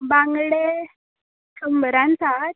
बांगडें शंबरान साठ